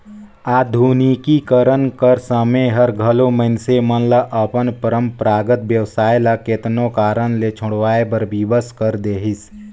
आधुनिकीकरन कर समें हर घलो मइनसे मन ल अपन परंपरागत बेवसाय ल केतनो कारन ले छोंड़वाए बर बिबस कइर देहिस